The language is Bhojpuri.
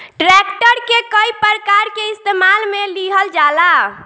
ट्रैक्टर के कई प्रकार के इस्तेमाल मे लिहल जाला